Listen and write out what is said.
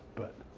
but